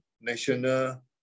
national